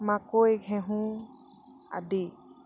মাকৈ ঘেঁহু আদি